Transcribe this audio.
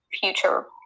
future